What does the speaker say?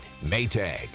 Maytag